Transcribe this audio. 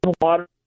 water